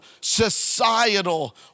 societal